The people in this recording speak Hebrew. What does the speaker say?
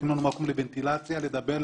נותנים לנו מקום לוניטלציה לדבר,